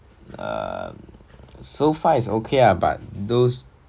um so far is okay lah but those